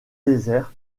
désert